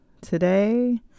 today